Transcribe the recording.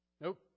Nope